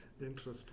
Interesting